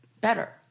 better